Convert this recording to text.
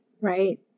right